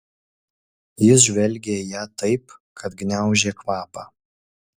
jis žvelgė į ją taip kad gniaužė kvapą